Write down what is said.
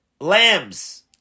lambs